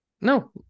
No